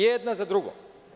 Jedna za drugom.